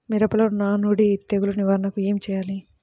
మిరపలో నానుడి తెగులు నివారణకు ఏమి చేయాలి?